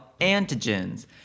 antigens